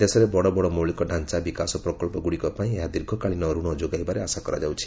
ଦେଶରେ ବଡ଼ ବଡ଼ ମୌଳିକ ଢାଞ୍ଚା ବିକାଶ ପ୍ରକଳ୍ପ ଗୁଡ଼ିକ ପାଇଁ ଏହା ଦୀର୍ଘକାଳୀନ ଋଣ ଯୋଗାଇବାର ଆଶା କରାଯାଉଛି